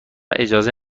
اجازه